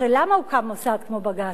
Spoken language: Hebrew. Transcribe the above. הרי למה הוקם מוסד כמו בג"ץ?